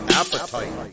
appetite